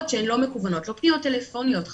שהן לא מקוונות; לא פניות טלפוניות חלילה,